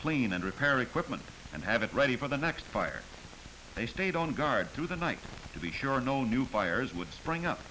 clean and repair equipment and have it ready for the next fire they stayed on guard through the night to be sure no new fires would spring up